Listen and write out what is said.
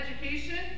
education